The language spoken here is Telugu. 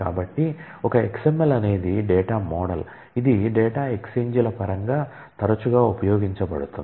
కాబట్టి ఒక XML అనేది డేటా మోడల్ ఇది డేటా ఎక్స్ఛేంజీల పరంగా తరచుగా ఉపయోగించబడుతుంది